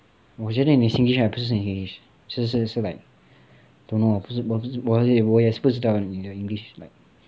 我觉得你的 singlish right 不是很 singlish 就是是 like don't know 我也不知道你的 english like